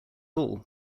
all